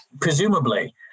Presumably